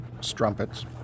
strumpets